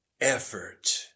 effort